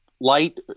light